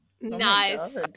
Nice